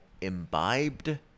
imbibed